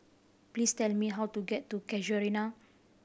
please tell me how to get to Casuarina